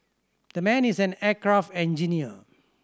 the man is an aircraft engineer